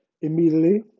immediately